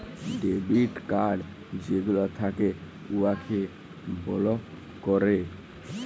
debit card যেগলা থ্যাকে উয়াকে বলক ক্যরে